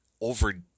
over